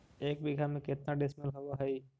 एक बीघा में केतना डिसिमिल होव हइ?